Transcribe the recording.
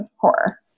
horror